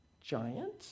giant